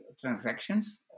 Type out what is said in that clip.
transactions